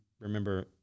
Remember